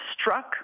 struck